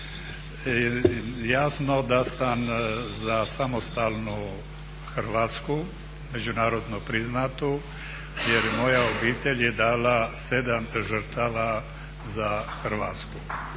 Jasno da sam za samostalnu Hrvatsku, međunarodno priznatu jer moja obitelj je dala 7 žrtava za Hrvatsku.